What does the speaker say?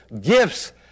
gifts